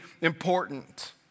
important